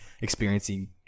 experiencing